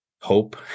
hope